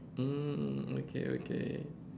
mm okay okay